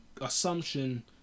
assumption